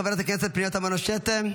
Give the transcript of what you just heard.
חברת הכנסת פנינה תמנו שטה,